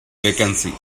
vacancy